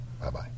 Bye-bye